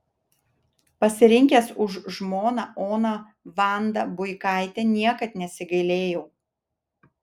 pasirinkęs už žmoną oną vandą buikaitę niekad nesigailėjau